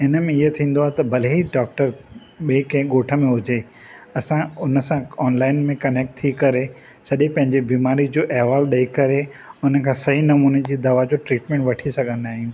इन में इहो थींदो आहे त भले ई डॉक्टर ॿिए कंहिं ॻोठ में हुजे असां हुनसां ऑनलाइन में कनेक्ट थी करे सॼे पंहिंजे बीमारी जो अहिवालु ॾेई करे हुनखां सही नमूने जी दवा जो ट्रीटमेंट वठी सघंदा आहियूं